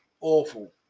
awful